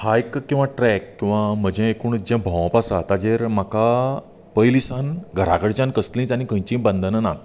हायक किंवा ट्रॅक किंवा म्हजें एकूण जें भोंवप आसा ताजेर म्हाका पयलींसान घरा कडच्यान कसलींच आनी खंयचीं बंदनां नात